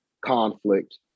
conflict